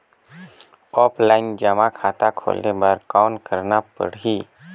Offline जमा खाता खोले बर कौन करना पड़ही?